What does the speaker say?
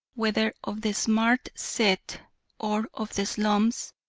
whether of the smart set or of the slums,